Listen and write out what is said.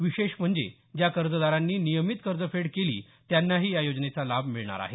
विशेष म्हणजे ज्या कर्जदारांनी नियमित कर्जफेड केली त्यांनाही या योजनेचा लाभ मिळणार आहे